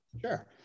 Sure